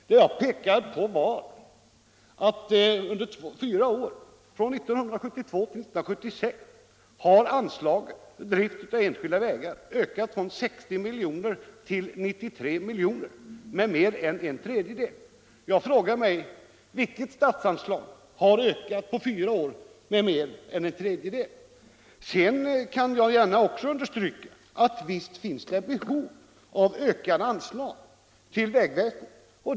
Vad jag pekade på var att från 1972 till 1976 har anslaget till enskilda vägar ökat från 60 till 93 miljoner alltså med mer än 50 96. Jag frågar: Vilket annat statsanslag har ökat med mer än 50 96 under en fyraårsperiod? Slutligen kan också jag säga att visst finns det ett behov av ökade anslag till vägväseendet.